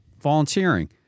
volunteering